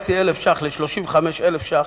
13,500 שקלים ל-35,000 שקלים,